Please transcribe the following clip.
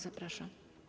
Zapraszam.